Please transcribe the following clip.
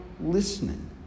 listening